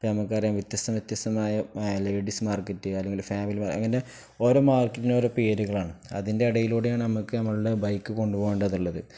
ഇപ്പ നമുക്കറിയാം വ്യത്സ്തം വ്യയസ്തമായ ലേഡീസ് മാർക്കറ്റ് അല്ലെങ്കിൽ ഫാമിലി അങ്ങൻ്െ ഓരോ മാർക്കറ്റിന് ഓരോ പേരുകളാണ് അതിൻ്റെ അടയിലൂടെയാണ് നമുക്ക് നമ്മൾടെ ബൈക്ക് കൊണ്ടു പോകേണ്ടത്ള്ളത്